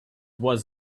was